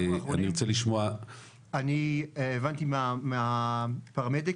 אני הבנתי מהפרמדיק,